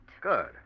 Good